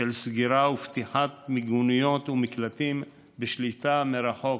סגירה ופתיחה של מיגוניות ומקלטים בשליטה מרחוק,